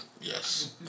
yes